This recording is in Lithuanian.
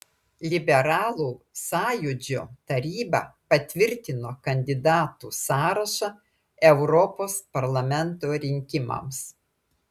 liberalų sąjūdžio taryba patvirtino kandidatų sąrašą europos parlamento rinkimams